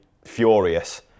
furious